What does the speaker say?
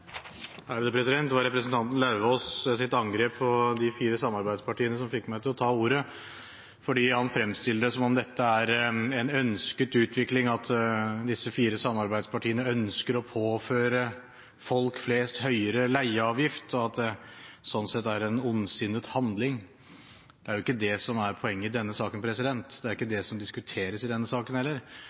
var representanten Lauvås’ angrep på de fire samarbeidspartiene som fikk meg til å ta ordet. Han fremstiller det som om dette er en ønsket utvikling – at disse fire samarbeidspartiene ønsker å påføre folk flest høyere leieavgift, og at det sånn sett er en ondsinnet handling. Det er ikke det som er poenget i denne saken. Det er ikke det som diskuteres i denne saken heller.